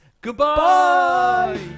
goodbye